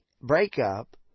breakup